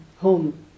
home